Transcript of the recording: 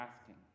asking